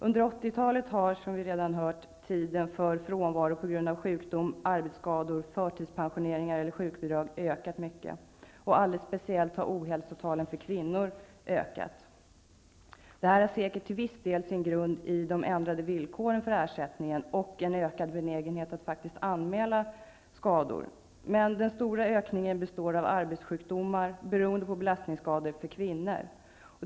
Under 80-talet har, som vi redan hört, tiden för frånvaro på grund av sjukdom, arbetsskador, förtidspension eller sjukbidrag ökat kraftigt. Alldeles speciellt har ohälsotalen för kvinnor ökat. Detta har säkert till viss del sin grund i ändrade villkor för ersättning och ökad benägenhet att anmäla skador. Men den stora ökningen består av arbetssjukdomar, beroende av belastningsskador, hos kvinnor.